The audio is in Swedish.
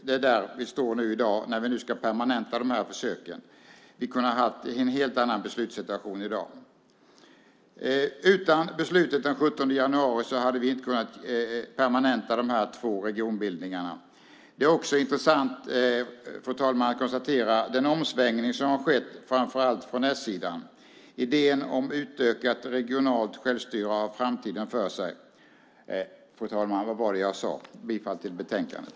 Det är där vi står i dag när vi nu ska permanenta de här försöken. Vi kunde ha haft en helt annan beslutssituation i dag. Utan beslutet den 17 januari 2002 hade vi inte kunnat permanenta de här två regionbildningarna. Det är också intressant, fru talman, att konstatera den omsvängning som har skett framför allt från s-sidan. Idén om utökat regionalt självstyre har framtiden för sig. Fru talman! Vad var det jag sade! Jag yrkar bifall till förslaget i betänkandet.